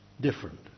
different